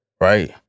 Right